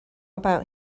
about